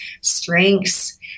strengths